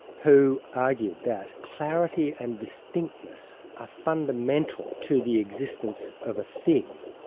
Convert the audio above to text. who argued that clarity and distinctness are fundamental to the existence of a thing.